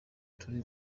turi